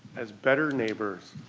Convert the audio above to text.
as better neighbors,